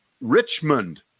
Richmond